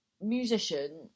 musician